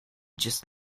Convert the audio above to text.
just